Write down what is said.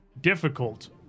difficult